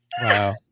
Wow